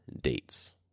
dates